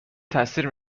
تاثیر